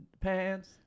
pants